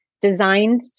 designed